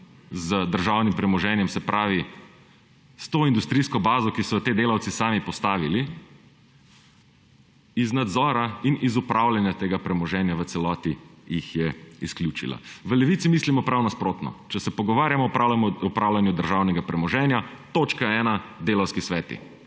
z državnim premoženjem, se pravi s to industrijsko bazo, ki so jo ti delavci sami postavili, iz nadzora in iz upravljanja tega premoženja jih je v celoti izključila. V Levici mislimo prav nasprotno, če se pogovarjamo o upravljanju državnega premoženja so točka ena delavski sveti.